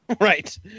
Right